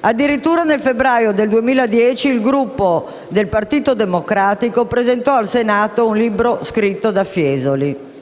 Addirittura, nel febbraio 2010, il Gruppo del Partito Democratico presentò al Senato un libro scritto da Fiesoli.